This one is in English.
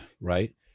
right